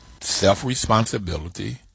self-responsibility